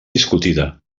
discutida